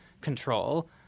control